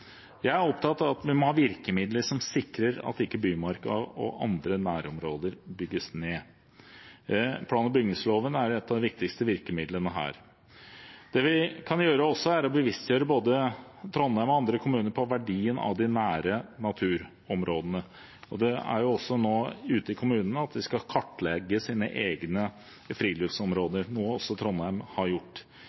Jeg er opptatt av at vi må ha virkemidler som sikrer at ikke bymarka og andre nærområder bygges ned. Plan- og bygningsloven er et av de viktigste virkemidlene i den forbindelse. Det vi også kan gjøre, er å bevisstgjøre både Trondheim og andre kommuner på verdien av de nære naturområdene. Det er også ute i kommunene at man skal kartlegge egne friluftsområder, noe som Trondheim har gjort.